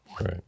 Right